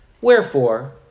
Wherefore